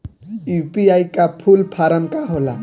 UPI का full form का होला?